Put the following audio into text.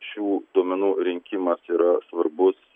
šių duomenų rinkimas yra svarbus